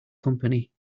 company